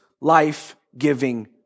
life-giving